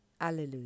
Alleluia